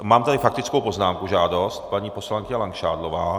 Mám tady faktickou poznámku, žádost, nejprve paní poslankyně Langšádlová.